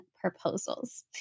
proposals